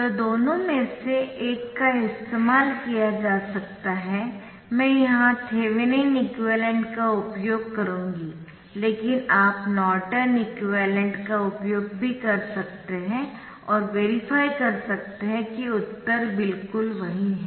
तो दोनों में से एक का इस्तेमाल किया जा सकता है मैं यहां थेवेनिन एक्विवैलेन्ट का उपयोग करुँगी लेकिन आप नॉर्टन एक्विवैलेन्ट का उपयोग भी कर सकते है और वेरीफाई कर सकते है कि उत्तर बिल्कुल वही है